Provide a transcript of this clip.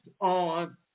on